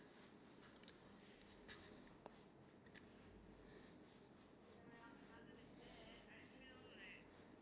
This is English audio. um ya ya ya correct because I mean like if you stay at like this by the beach all night